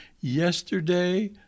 yesterday